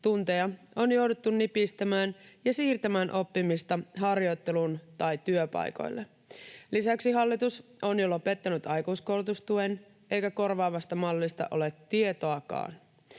Tunteja on jouduttu nipistämään ja siirtämään oppimista harjoitteluun tai työpaikoille. Lisäksi hallitus on jo lopettanut aikuiskoulutustuen, eikä korvaavasta mallista ole tietoakaan.